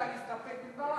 אני מציע להסתפק בדברי.